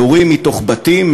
שיורים מתוך בתים,